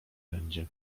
będzie